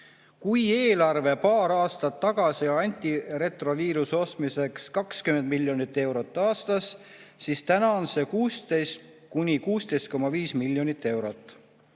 Kui eelarvest paar aastat tagasi saadi antiretroviirusravimite ostmiseks 20 miljonit eurot aastas, siis täna on see 16–16,5 miljonit eurot.